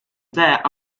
debt